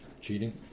Cheating